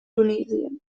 tunesien